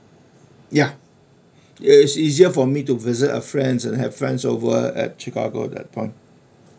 ya it is easier for me to visit a friends and I have friends over at chicago in that part